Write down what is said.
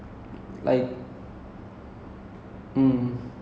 I used to be a vijay fan like during his J_D